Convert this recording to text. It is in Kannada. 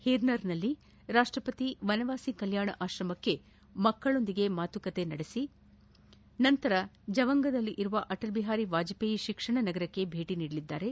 ಹೀರನರ್ನಲ್ಲಿ ರಾಷ್ಷಪತಿ ವನವಾಸಿ ಕಲ್ಯಾಣ ಆಶ್ರಮ ಮಕ್ಕಳೊಂದಿಗೆ ಮಾತುಕತೆ ನಡೆಸಿ ನಂತರ ಜವಂಗದಲ್ಲಿರುವ ಅಟಲ್ ಬಿಹಾರಿ ವಾಜಪೇಯಿ ಶಿಕ್ಷಣ ನಗರಕ್ಷೆ ಭೇಟಿ ನೀಡಲಿದ್ದಾರೆ